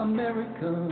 America